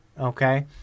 okay